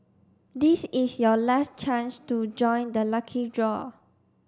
this is your last chance to join the lucky draw